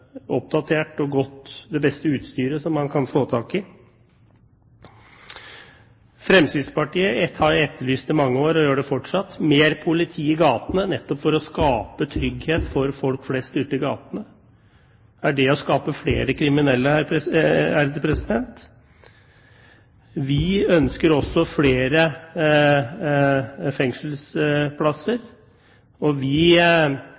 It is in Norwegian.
oppdatert og godt utstyr – det beste utstyret som man kan få tak i. Fremskrittspartiet har i mange år etterlyst mer politi i gatene – vi gjør det fortsatt – nettopp for å skape trygghet for folk flest ute i gatene. Er det å skape flere kriminelle? Vi ønsker også flere fengselsplasser. Vi